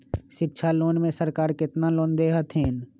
शिक्षा लोन में सरकार केतना लोन दे हथिन?